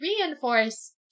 reinforce